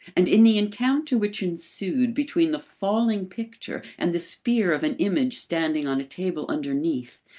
and in the encounter which ensued between the falling picture and the spear of an image standing on a table underneath,